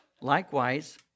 Likewise